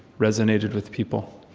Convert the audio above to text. resonated with people.